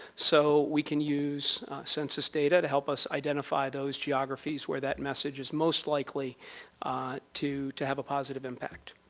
so we can use census data to help us identify those geographies where that message is most likely to to have a positive impact.